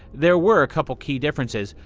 there were a couple key differences.